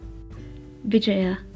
Vijaya